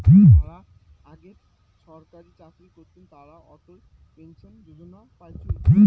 যারা আগেক ছরকারি চাকরি করতেন তারা অটল পেনশন যোজনা পাইচুঙ